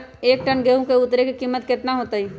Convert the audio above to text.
एक टन गेंहू के उतरे के कीमत कितना होतई?